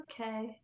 okay